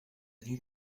nuit